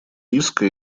риска